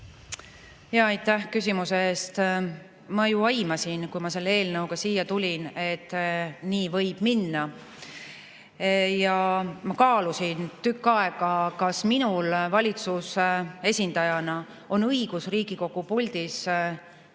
Aitäh küsimuse eest! Ma aimasin, kui ma selle eelnõuga siia tulin, et nii võib minna. Ja ma kaalusin tükk aega, kas minul valitsuse esindajana on õigus Riigikogu puldis teha